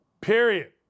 period